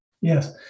Yes